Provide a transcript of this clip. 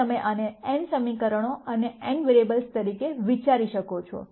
હવે તમે આને n સમીકરણો અને n વેરીએબ્લસ તરીકે વિચારી શકો છો